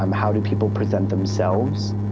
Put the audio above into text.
um how do people present themselves?